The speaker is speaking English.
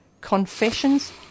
confessions